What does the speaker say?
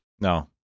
No